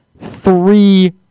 Three